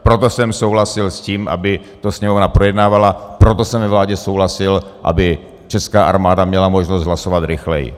Proto jsem souhlasil s tím, aby to Sněmovna projednávala, proto jsem ve vládě souhlasil, aby česká armáda měla možnost hlasovat (?) rychleji.